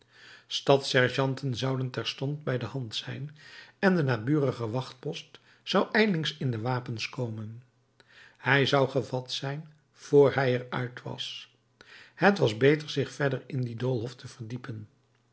stadssergeanten zouden terstond bij de hand zijn en de naburige wachtpost zou ijlings in de wapens komen hij zou gevat zijn vr hij er uit was het was beter zich verder in dien doolhof te verdiepen